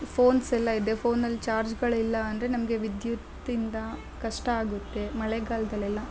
phones ಎಲ್ಲ ಇದೆ ಫೋನಲ್ಲಿ ಚಾರ್ಜ್ಗಳು ಇಲ್ಲ ಅಂದರೆ ನಮಗೆ ವಿದ್ಯುತ್ತಿಂದ ಕಷ್ಟ ಆಗುತ್ತೆ ಮಳೆಗಾಲದಲ್ಲೆಲ್ಲ